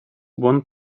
want